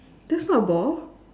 that's not a ball